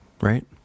right